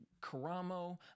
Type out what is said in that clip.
Karamo